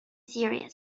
serious